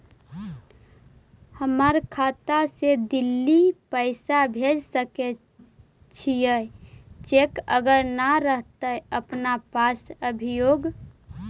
हमर खाता से दिल्ली पैसा भेज सकै छियै चेक अगर नय रहतै अपना पास अभियोग?